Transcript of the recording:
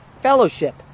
fellowship